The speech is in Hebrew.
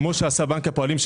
כמו שעשה בנק הפועלים,